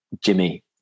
Jimmy